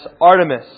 Artemis